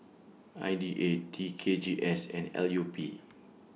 I D A T K G S and L U P